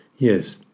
Yes